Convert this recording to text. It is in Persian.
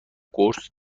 قرص